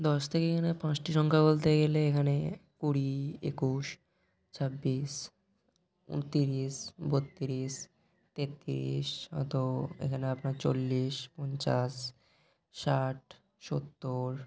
দশ থেকে এখানে পাঁচটি সংখ্যা বলতে গেলে এখানে কুড়ি একুশ ছাব্বিশ উনত্রিশ বত্রিশ তেত্রিশ অতো এখানে আপনার চল্লিশ পঞ্চাশ ষাট সত্তর